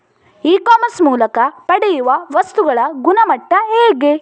E commerce ಮೂಲಕ ಪಡೆಯುವ ವಸ್ತುಗಳ ಗುಣಮಟ್ಟ ಹೇಗೆ?